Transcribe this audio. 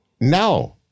no